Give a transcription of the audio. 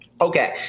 Okay